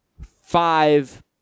five